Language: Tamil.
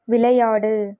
விளையாடு